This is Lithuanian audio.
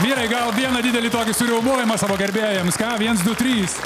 vyrai gal vieną didelį tokį suriaumojimą savo gerbėjams ką viens du trys